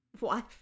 wife